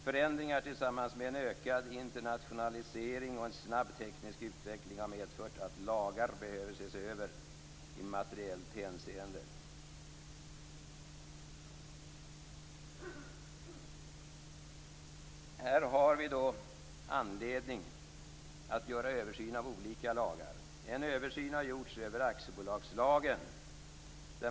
Förändringarna har tillsammans med en ökad internationalisering och en snabb teknisk utveckling medfört att lagar behöver ses över i materiellt hänseende. Det finns här anledning att se över olika lagar. En översyn har gjorts av aktiebolagslagen.